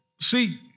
See